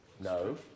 No